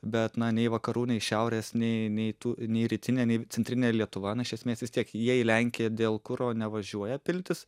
bet na nei vakarų nei šiaurės nei nei tų nei rytinė nei centrinė lietuva na iš esmės vis tiek jie į lenkiją dėl kuro nevažiuoja piltis